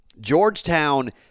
Georgetown